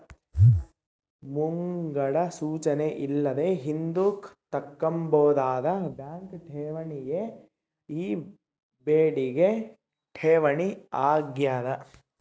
ಮುಂಗಡ ಸೂಚನೆ ಇಲ್ಲದೆ ಹಿಂದುಕ್ ತಕ್ಕಂಬೋದಾದ ಬ್ಯಾಂಕ್ ಠೇವಣಿಯೇ ಈ ಬೇಡಿಕೆ ಠೇವಣಿ ಆಗ್ಯಾದ